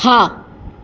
હા